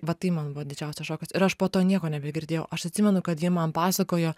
va tai man buvo didžiausias šokas ir aš po to nieko nebegirdėjau aš atsimenu kad ji man pasakojo